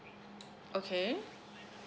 okay